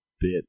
bit